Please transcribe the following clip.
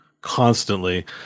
constantly